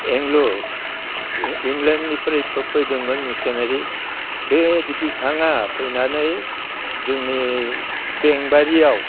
इंलेण्डनिफ्राय फैदोंमोन मिसनारि बे बिथाङा फैनानै जोंनि बेंबारियाव